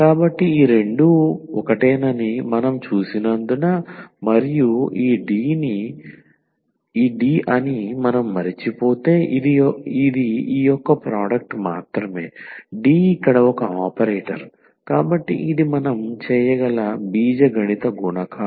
కాబట్టి ఈ రెండూ ఒకటేనని మనం చూసినందున మరియు ఈ D అని మనం మరచిపోతే ఇది ఈ యొక్క ప్రోడక్ట్ మాత్రమే D ఇక్కడ ఒక ఆపరేటర్ కాబట్టి ఇది మనం చేయగల బీజగణిత గుణకారం